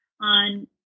on